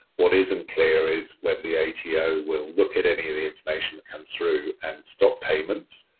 what is unclear is whether the ato will look at any of the information that comes through and stop payments,